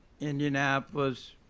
Indianapolis